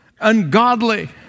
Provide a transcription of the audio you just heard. ungodly